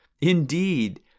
indeed